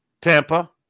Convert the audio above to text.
Tampa